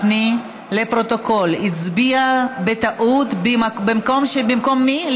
לפרוטוקול, חבר הכנסת גפני הצביע בטעות, במקום מי?